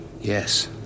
Yes